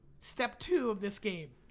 step two of this game.